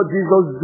Jesus